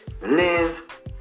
live